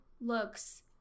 looks